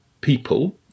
people